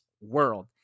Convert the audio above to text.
world